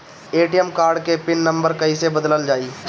ATM card के pin number कईसे बदलल जाई?